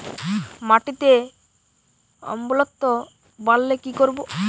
মাটিতে অম্লত্ব বাড়লে কি করব?